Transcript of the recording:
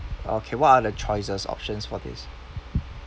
okay what are the choices options for these